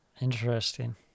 Interesting